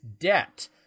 debt